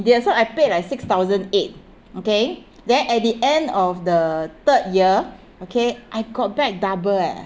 ~dia so I paid like six thousand eight okay then at the end of the third year okay I got back double eh